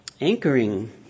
Anchoring